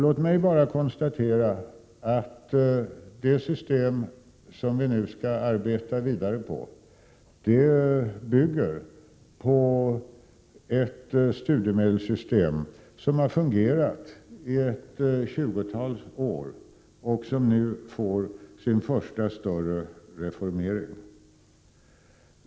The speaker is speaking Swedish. Låt mig då konstatera att det system som vi nu skall arbeta vidare med bygger på ett studiemedelssystem som har fungerat ett tjugotal år och som nu får sin första större reformering.